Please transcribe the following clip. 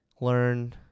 learn